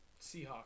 Seahawks